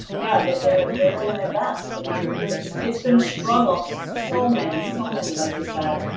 yeah. they're they're doing their best. i mean, it's it's been a struggle. so so many so many, like you said.